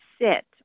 sit